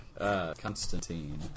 Constantine